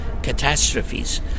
catastrophes